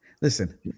Listen